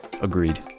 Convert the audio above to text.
agreed